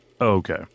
okay